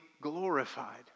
glorified